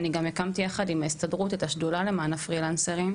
אני גם הקמתי ביחד עם ההסתדרות את השדולה למען הפרי לנסרים,